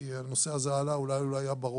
כי הנושא הזה עלה ואולי הוא לא היה ברור.